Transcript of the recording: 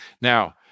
Now